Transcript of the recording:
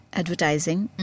advertising